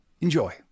enjoy